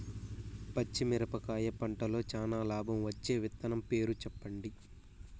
పచ్చిమిరపకాయ పంటలో చానా లాభం వచ్చే విత్తనం పేరు చెప్పండి?